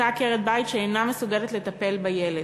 אותה עקרת-בית שאינה מסוגלת לטפל בילד.